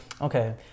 Okay